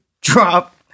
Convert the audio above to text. drop